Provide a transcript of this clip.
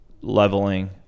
leveling